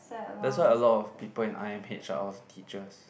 that's why a lot of people in I_M_H are all teachers